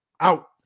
out